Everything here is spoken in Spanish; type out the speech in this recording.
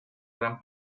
gran